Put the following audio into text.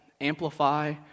amplify